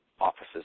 offices